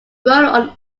growing